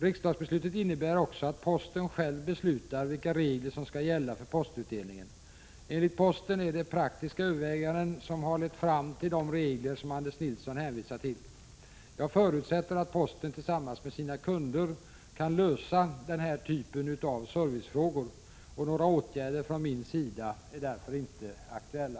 Riksdagsbeslutet innebär också att posten själv beslutar vilka regler som skall gälla för postutdelningen. Enligt posten är det praktiska överväganden som har lett fram till de regler som Anders Nilsson hänvisat till. Jag förutsätter att posten tillsammans med sina kunder kan lösa den här typen av servicefrågor. Några åtgärder från min sida är därför inte aktuella.